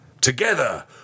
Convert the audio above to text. Together